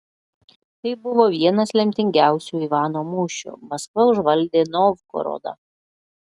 tai buvo vienas lemtingiausių ivano mūšių maskva užvaldė novgorodą